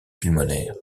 pulmonaire